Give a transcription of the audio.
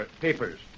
papers